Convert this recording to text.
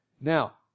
Now